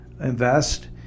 invest